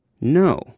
No